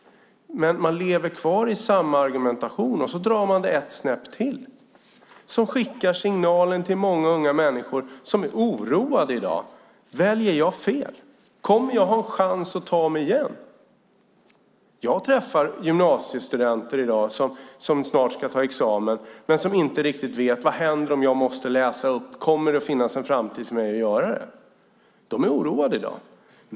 Men man lever kvar i samma argumentation och drar det ett snäpp till. Det skickar en signal till många unga människor i dag som är oroade över om de kommer att ha en chans att ta sig tillbaka om de väljer fel. Jag träffar gymnasiestudenter i dag som snart ska ta examen men som inte riktigt vet vad som händer om de måste läsa upp betyg, om det kommer att finnas en möjlighet att göra det i framtiden. De är oroade i dag.